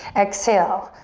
exhale,